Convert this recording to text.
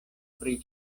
pri